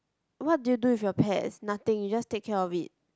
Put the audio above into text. what do you do with your pets nothing you just take care of it